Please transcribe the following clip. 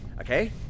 Okay